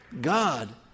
God